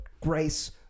grace